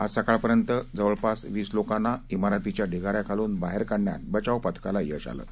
आज सकाळपर्यंत जवळपास वीस लोकांना या इमारतीच्या ढिगाऱ्यातून बाहेर काढण्यात बचाव पथकाला यश आलं आहे